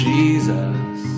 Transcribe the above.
Jesus